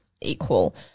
equal